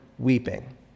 weeping